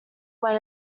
when